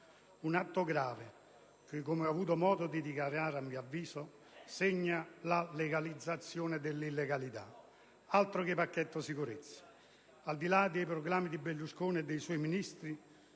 Un atto grave che, come ho avuto modo di dichiarare, segna la legalizzazione dell'illegalità. Altro che pacchetto sicurezza! Al di là dei proclami di Berlusconi e dei suoi Ministri